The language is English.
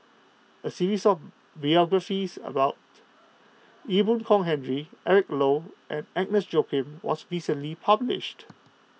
a series of biographies about Ee Boon Kong Henry Eric Low and Agnes Joaquim was recently published